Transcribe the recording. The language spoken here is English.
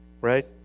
right